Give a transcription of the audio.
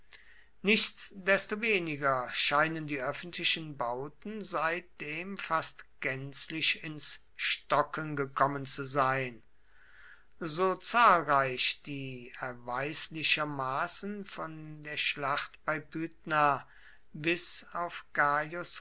nichtsdestoweniger scheinen die öffentlichen bauten seitdem fast gänzlich ins stocken gekommen zu sein so zahlreich die erweislichermaßen von der schlacht bei pydna bis auf gaius